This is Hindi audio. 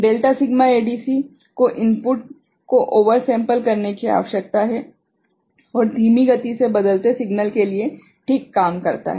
डेल्टा सिग्मा एडीसी को इनपुट को ओवर सेंपल करने की आवश्यकता है और धीमी गति से बदलते सिग्नल के लिए ठीक काम करता है